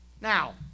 Now